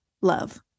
love